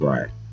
Right